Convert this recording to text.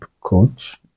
coach